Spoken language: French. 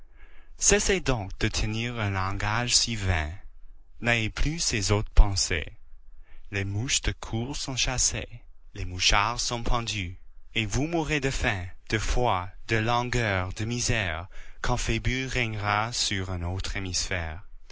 cessez donc de tenir un langage si vain n'ayez plus ces hautes pensées les mouches de cour sont chassées les mouchards sont pendus et vous mourrez de faim de froid de langueur de misère quand phébus régnera sur un autre hémisphère